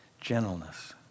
gentleness